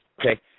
Okay